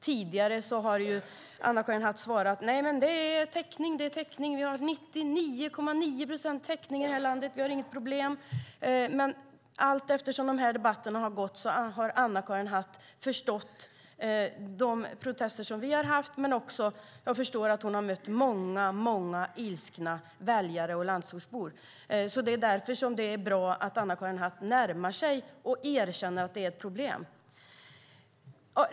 Tidigare har Anna-Karin Hatt svarat: Nej, men det är täckning. Vi har 99,9 procents täckning i det här landet. Vi har inget problem. Men allteftersom de här debatterna har gått har Anna-Karin Hatt förstått de protester som vi har kommit med. Jag förstår också att hon har mött många ilskna väljare och landsortsbor. Det är därför som det är bra att Anna-Karin Hatt närmar sig och erkänner att det är ett problem.